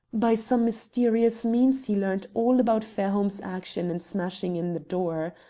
by some mysterious means he learnt all about fairholme's action in smashing in the door.